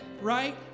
Right